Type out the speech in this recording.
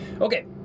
Okay